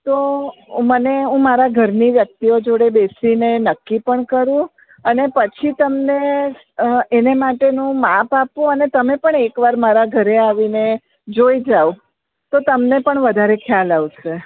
તો મને હું મારા ઘરની વ્યક્તિઓ જોડે બેસીને નક્કી પણ કરું અને પછી તમને એની માટેનું માપ આપો અને તમે પણ એકવાર મારા ઘરે આવીને જોઈ જાઓ તો તમને પણ વધારે ખ્યાલ આવશે